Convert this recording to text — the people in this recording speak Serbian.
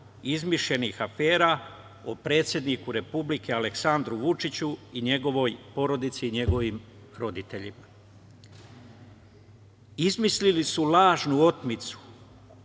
izmišljenih afera o predsedniku Republike Aleksandru Vučiću i njegovoj porodici i njegovim roditeljima. Izmislili su lažnu otmicu